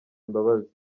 imbabazi